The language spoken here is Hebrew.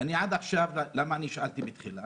למה שאלתי בהתחלה?